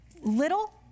little